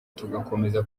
tugakomeza